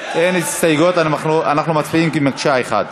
אין הסתייגויות, אנחנו מצביעים כמקשה אחת